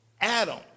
Adam